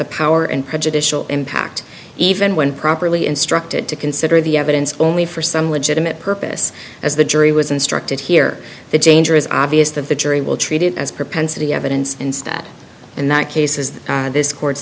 power and prejudicial impact even when properly instructed to consider the evidence only for some legitimate purpose as the jury was instructed here the danger is obvious that the jury will treat it as propensity evidence instead in that case is this court's